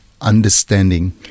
understanding